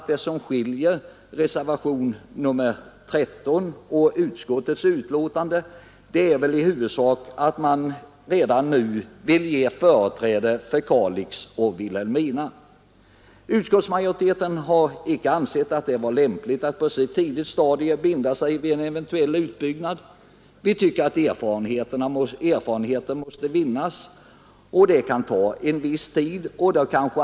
Det som skiljer reservationen 13 och utskottets betänkande är i huvudsak att man redan nu vill ge företräde åt Kalix och Vilhelmina. Utskottsmajoriteten har icke ansett att det var lämpligt att på så tidigt stadium binda sig vid en eventuell utbyggnad. Vi tycker att erfarenheter måste vinnas och det kan ta en viss tid.